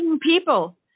people